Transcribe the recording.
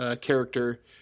character